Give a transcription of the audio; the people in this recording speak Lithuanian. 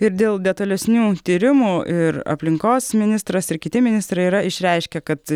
ir dėl detalesnių tyrimų ir aplinkos ministras ir kiti ministrai yra išreiškę kad